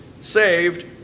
saved